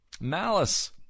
malice